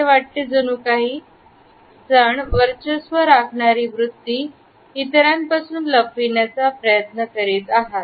असे वाटते जणू काही जण वर्चस्व राखणारी वृत्ती इतरांपासून लपवण्याचा प्रयत्न करीत आहेत